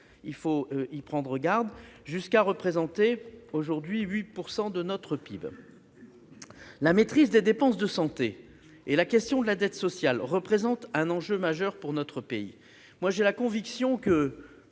même y prendre garde -jusqu'à représenter 8 % aujourd'hui. La maîtrise des dépenses de santé et la question de la dette sociale représentent des enjeux majeurs pour notre pays. J'ai la conviction que,